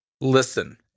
Listen